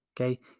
Okay